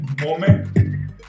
moment